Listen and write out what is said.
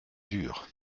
dur